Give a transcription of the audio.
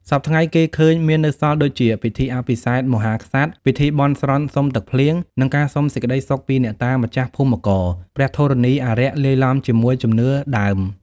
សព្វថ្ងៃ គេឃើញមាននៅសល់ដូចជា ពិធីអភិសេកមហាក្សត្រ ពិធីបន់ស្រន់សុំទឹកភ្លៀង និងការសុំសេចក្តីសុខពីអ្នកតាម្ចាស់ភូមិករ ព្រះធរណី អារក្ស (លាយឡំជាមួយជំនឿដើម)